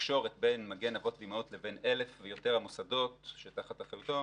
התקשורת בין "מגן אבות ואימהות" לבין 1,000 ויותר המוסדות שתחת אחריותו